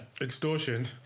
Extortion